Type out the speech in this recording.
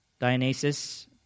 Dionysus